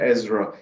Ezra